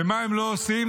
ומה הם לא עושים?